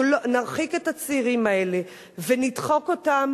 אנחנו נרחיק את הצעירים האלה ונדחק אותם